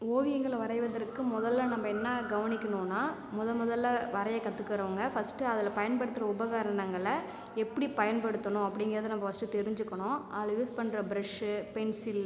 ஓவியங்கள் வரைவதற்கு முதல நம்ப என்ன கவனிக்கணும்னா முதல் முதல வரைய கற்றுக்குறவங்க ஃபர்ஸ்ட் அதில் பயன்படுத்துகிற உபகரணங்களை எப்படி பயன்படுத்தனும் அப்படிங்குறது நம்ப ஃபர்ஸ்ட் தெரிஞ்சிக்கணும் அதில் யூஸ் பண்ணுற பிரஷ்சு பென்சில்